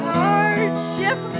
hardship